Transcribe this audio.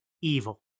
evil